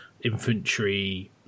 infantry